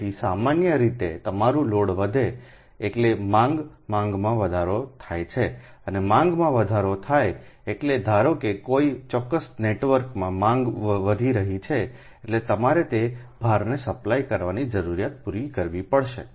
તેથી સામાન્ય રીતે તમારું લોડ વધે એટલે માંગ માંગમાં વધારો થાય છે અને માંગમાં વધારો થાય છે એટલે ધારો કે કોઈ ચોક્કસ નેટવર્કમાં લોડ માંગ વધી રહી છે એટલે કે તમારે તે ભારને સપ્લાય કરવાની જરૂરિયાત પૂરી કરવી પડશે